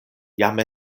jam